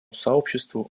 сообществу